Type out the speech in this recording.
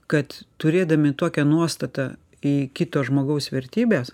kad turėdami tokią nuostatą į kito žmogaus vertybes